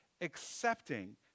accepting